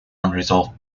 unresolved